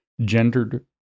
Gendered